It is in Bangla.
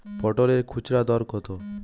পটলের খুচরা দর কত?